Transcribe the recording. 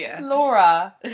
Laura